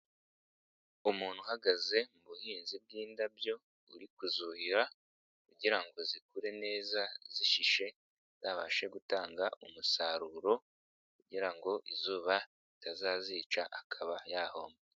Umuntu uhagaze mu buhinzi bw'indabyo, uri kuzuhira kugirango zikure neza zishishe, zizabashe gutanga umusaruro kugira ngo izuba ritazazica akaba yahomba.